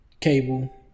cable